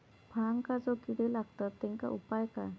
फळांका जो किडे लागतत तेनका उपाय काय?